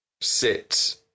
sit